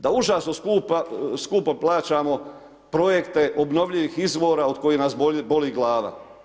Da užasno skupo plaćamo projekte obnovljivih izvora od kojih nas boli glava.